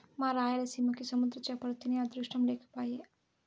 మా రాయలసీమకి సముద్ర చేపలు తినే అదృష్టం లేకపాయె